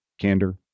candor